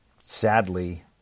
sadly